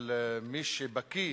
אבל מי שבקי